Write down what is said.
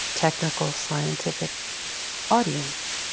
technical, scientific audience.